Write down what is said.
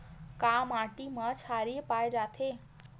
का माटी मा क्षारीय पाए जाथे?